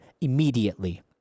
immediately